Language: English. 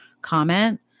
comment